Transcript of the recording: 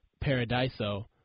Paradiso